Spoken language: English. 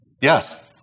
Yes